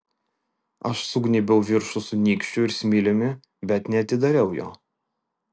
aš sugnybiau viršų su nykščiu ir smiliumi bet neatidariau jo